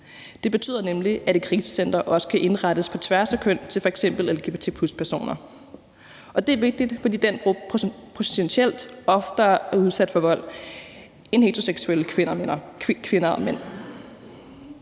Det betyder nemlig, at et krisecenter også kan indrettes på tværs af køn til f.eks. lgbt+-personer, og det er vigtigt, fordi den gruppe potentielt oftere er udsat for vold end heteroseksuelle kvinder og mænd.